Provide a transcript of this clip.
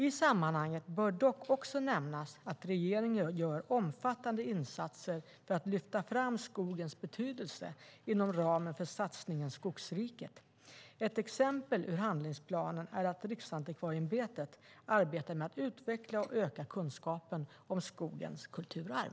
I sammanhanget bör dock också nämnas att regeringen gör omfattande insatser för att lyfta fram skogens betydelse inom ramen för satsningen Skogsriket. Ett exempel ur handlingsplanen är att Riksantikvarieämbetet arbetar med att utveckla och öka kunskapen om skogens kulturarv.